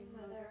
Mother